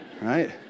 right